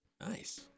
Nice